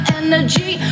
energy